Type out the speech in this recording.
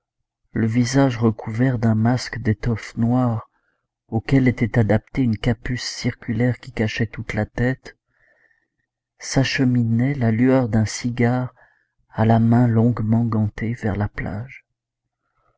le visage recouvert d'un masque d'étoffe noire auquel était adaptée une capuce circulaire qui cachait toute la tête s'acheminait la lueur d'un cigare à la main longuement gantée vers la plage